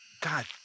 God